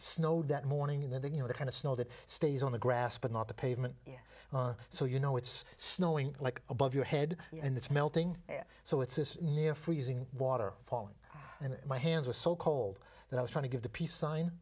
snowed that morning in there you know the kind of snow that stays on the grass but not the pavement so you know it's snowing like above your head and it's melting so it's near freezing water falling and my hands are so cold that i was trying to give the peace sign